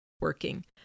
working